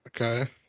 Okay